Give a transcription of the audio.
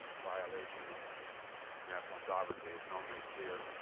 violation of national sovereignty, as noam made clear.